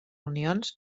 unions